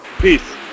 Peace